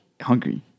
hungry